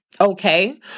Okay